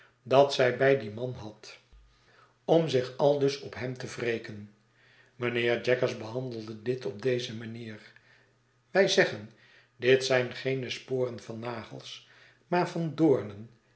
dat zij bij dien man had om zich aldus op hernte wreken mijnheer jaggers behandelde dit op deze manier wij zeggen dit zijn geene sporen van nagels maar van doornen